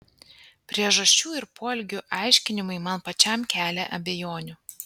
priežasčių ir poelgių aiškinimai man pačiam kelia abejonių